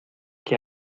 que